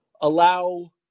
allow